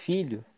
Filho